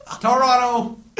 Toronto